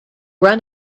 run